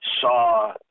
saw